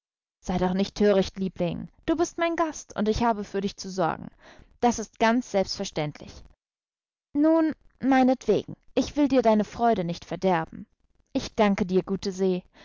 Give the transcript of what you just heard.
sei doch nicht töricht liebling du bist mein gast und ich habe für dich zu sorgen das ist ganz selbstverständlich nun meinetwegen ich will dir deine freude nicht verderben ich danke dir gute se